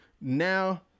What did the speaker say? now